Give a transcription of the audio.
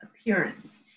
appearance